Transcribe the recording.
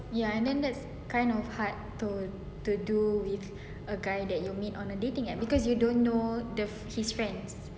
ya and then that's kind of hard to to do with a guy that you meet on a dating app because you don't know the his friends